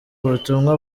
ubutumwa